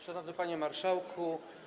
Szanowny Panie Marszałku!